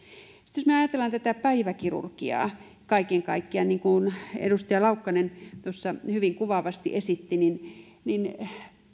sitten jos ajatellaan tätä päiväkirurgiaa kaiken kaikkiaan niin kuin edustaja laukkanen tuossa hyvin kuvaavasti esitti niin niin